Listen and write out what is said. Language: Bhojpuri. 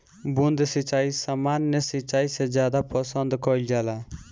बूंद सिंचाई सामान्य सिंचाई से ज्यादा पसंद कईल जाला